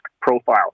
profile